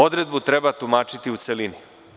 Odredbu treba tumačiti u celini.